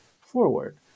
forward